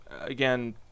again